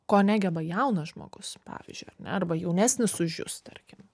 ko negeba jaunas žmogus pavyzdžiui ar ne arba jaunesnis už jus tarkim